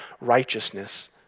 righteousness